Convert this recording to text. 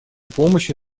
помощи